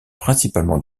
principalement